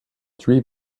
three